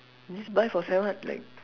just buy for seven like